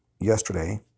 yesterday